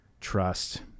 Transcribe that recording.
trust